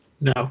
No